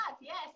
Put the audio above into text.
yes